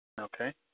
Okay